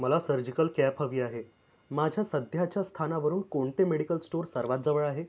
मला surgical cap हवी आहे माझ्या सध्याच्या स्थानावरून कोणते मेडिकल स्टोअर सर्वात जवळ आहे